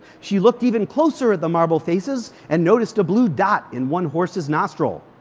she looked even closer at the marble faces and noticed a blue dot in one horse's nostril.